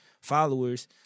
followers